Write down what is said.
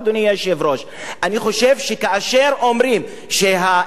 אני חושב שכאשר אומרים שהאמרה של הפרקליטות